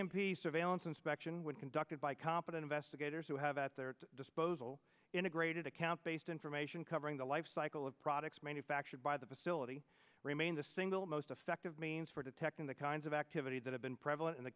m p surveillance inspection when conducted by competent investigators who have at their disposal integrated account based information covering the lifecycle of products manufactured by the facility remains the single most effective means for detecting the kinds of activity that have been prevalent in the